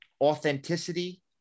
authenticity